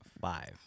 five